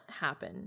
happen